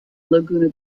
laguna